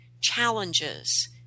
challenges